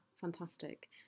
Fantastic